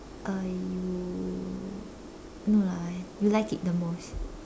uh you no lah you like it the most